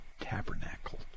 tabernacle